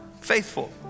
faithful